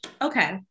Okay